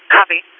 Copy